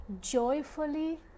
joyfully